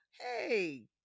hey